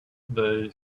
they